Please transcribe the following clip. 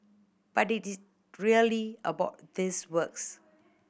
but is it really about these works